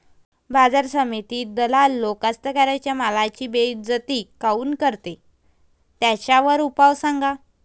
बाजार समितीत दलाल लोक कास्ताकाराच्या मालाची बेइज्जती काऊन करते? त्याच्यावर उपाव सांगा